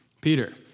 Peter